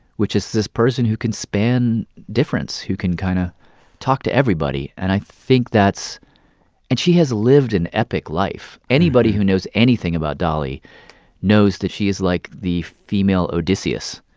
which is this person who can span difference, who can kind of talk to everybody. and i think that's and she has lived an epic life. anybody who knows anything about dolly knows that she is, like, the female odysseus,